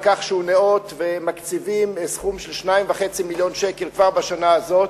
על כך שהוא ניאות ומקציבים סכום של 2.5 מיליוני שקל כבר בשנה הזאת,